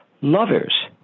lovers